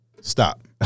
stop